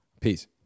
Peace